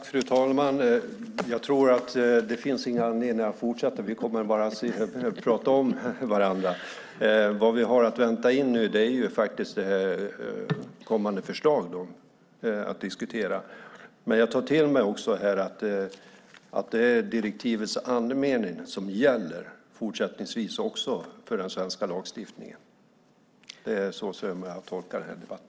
Fru talman! Jag tror inte att det finns anledning att fortsätta den här debatten. Vi kommer bara att prata förbi varandra. Vad vi nu har att vänta in är diskussionen om kommande förslag. Jag tar till mig att det är direktivets andemening som också fortsättningsvis gäller för den svenska lagstiftningen. Så tolkar jag denna debatt.